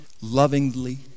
lovingly